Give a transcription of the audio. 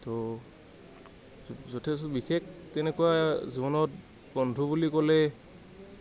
তো যথেষ্ট বিশেষ তেনেকুৱা জীৱনত বন্ধু বুলি ক'লে